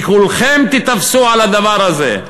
כי כולכם תיתפסו על הדבר הזה.